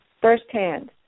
firsthand